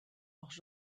auch